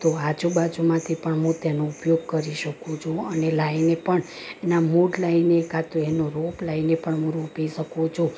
તો આજુબાજુમાંથી પણ હું તેનો ઉપયોગ કરી શકું છું અને લાવીને પણ એના મૂળ લાવીને એકાદ તો એનો રોપ લાઈને પણ હું રોપી શકું છું